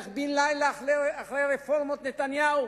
ואיך בן לילה, אחרי רפורמות נתניהו,